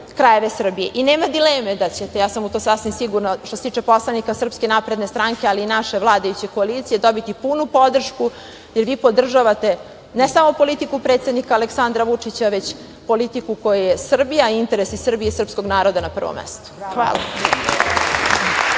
krajeve Srbije. Nema dileme da ćete, ja sam u to sasvim sigurna, što se tiče poslanika Srpske napredne stranke, ali i naše vladajuće koalicije, dobiti punu podršku, jer vi podržavte ne samo politiku predsednika Aleksandra Vučića, već politiku kojoj je Srbija interes i srpskog naroda. Hvala.